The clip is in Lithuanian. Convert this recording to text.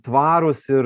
tvarūs ir